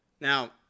Now